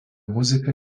muziką